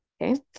okay